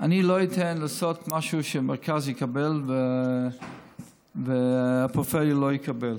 אני לא אתן לעשות משהו שהמרכז יקבל והפריפריה לא תקבל.